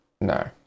No